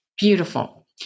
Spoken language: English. Beautiful